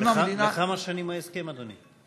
לכמה שנים ההסכם, אדוני?